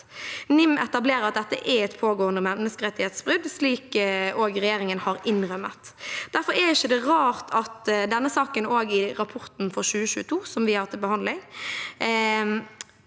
NIM påtaler at dette er et pågående menneskerettighetsbrudd, slik også regjeringen har innrømmet. Derfor er det ikke rart at denne rapporten for 2022 som vi har til behandling,